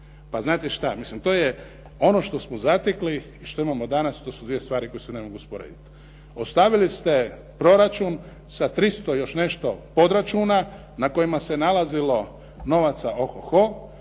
Pa znate što, mislim to je ono što smo zatekli i što imamo danas, to su dvije stvari koje se ne mogu usporediti. Ostavili ste proračun sa 300 i još nešto podračuna na kojima se nalazilo novaca o ho,